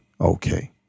okay